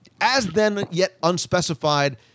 as-then-yet-unspecified